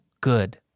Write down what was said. good